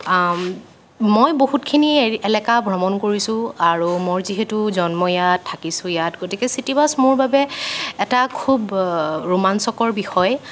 মই বহুতখিনি এলেকা ভ্ৰমণ কৰিছো আৰু মোৰ যিহেতু জন্ম ইয়াত থাকিছো ইয়াত গতিকে চিটি বাছ মোৰ বাবে এটা খুব ৰোমাঞ্চকৰ বিষয়